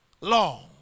long